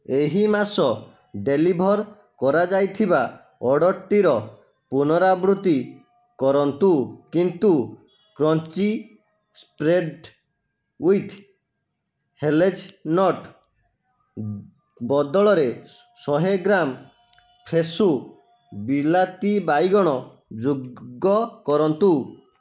ଏହି ମାସ ଡେଲିଭର୍ କରାଯାଇଥିବା ଅର୍ଡ଼ର୍ଟିର ପୁନରାବୃତ୍ତି କରନ୍ତୁ କିନ୍ତୁ କ୍ରଞ୍ଚି ସ୍ପ୍ରେଡ଼୍ ୱିଥ୍ ହେଜେଲ୍ନଟ୍ ବଦଳରେ ଶହେ ଗ୍ରାମ୍ ଫ୍ରେସ୍ ବିଲାତିବାଇଗଣ ଯୁଗ କରନ୍ତୁ